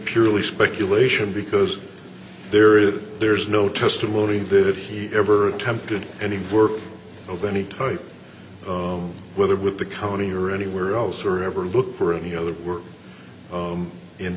purely speculation because there is there's no testimony that he ever attempted any work of any type whether with the county or anywhere else or ever looked for any other work